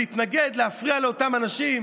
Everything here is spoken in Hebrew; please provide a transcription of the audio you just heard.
להתנגד ולהפריע לאותם אנשים?